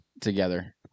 together